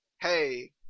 hey